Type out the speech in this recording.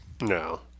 No